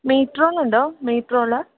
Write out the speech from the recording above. meet റോളുണ്ടോ meat role